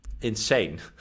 Insane